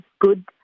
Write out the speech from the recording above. good